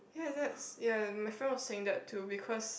ya that's ya my friend was saying that too because